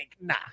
nah